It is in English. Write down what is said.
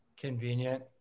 Convenient